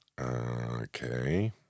Okay